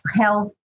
health